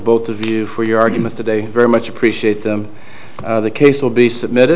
both of you for your argument today very much appreciate them the case will be submitted